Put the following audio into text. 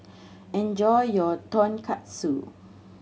enjoy your Tonkatsu